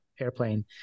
airplane